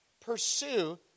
Pursue